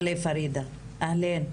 פרידה, אהלן.